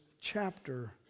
chapter